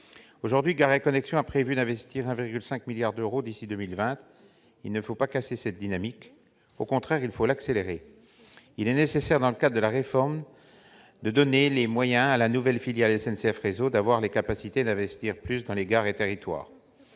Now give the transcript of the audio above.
Aujourd'hui, Gares & Connexions a prévu d'investir 1,5 milliard d'euros d'ici à 2020. Il faut non pas casser cette dynamique, mais au contraire l'accélérer. Il est nécessaire, dans le cadre de la réforme, de donner les moyens à la nouvelle filiale SNCF Réseau d'avoir les capacités d'investir davantage dans les gares et territoires.